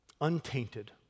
Untainted